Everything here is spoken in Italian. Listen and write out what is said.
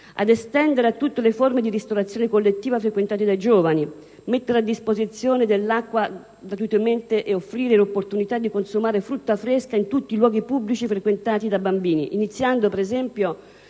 ed estenderle a tutte le forme di ristorazione collettiva frequentate dai giovani; mettere a disposizione dell'acqua gratuitamente e offrire l'opportunità di consumare frutta fresca in tutti i luoghi pubblici frequentati dai bambini, iniziando, per esempio,